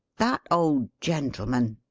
that old gentleman,